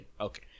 okay